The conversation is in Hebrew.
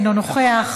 אינו נוכח,